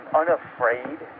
unafraid